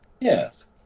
Yes